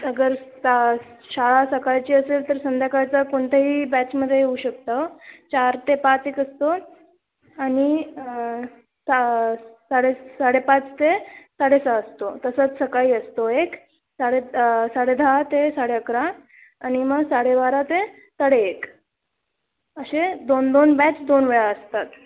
अगर सा शाळा सकाळची असेल तर संध्याकाळचा कोणत्याही बॅचमध्ये येऊ शकतं चार ते पाच एक असतो आणि सा साडे साडेपाच ते साडेसहा असतो तसंच सकाळी असतो एक साडे साडे दहा ते साडेअकरा आणि मग साडेबारा ते साडे एक असे दोन दोन बॅच दोन वेळा असतात